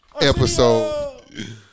episode